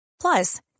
Plus